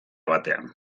batean